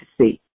see